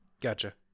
gotcha